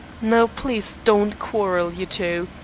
now please don't quarrel, you two.